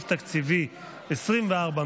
40. סעיף תקציבי 24,